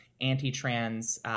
anti-trans